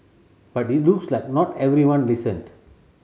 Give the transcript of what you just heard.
but it looks like not everyone listened